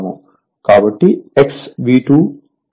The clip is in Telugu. కాబట్టి x V2 I2fl cos∅2 వస్తుంది